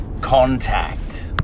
contact